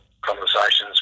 conversations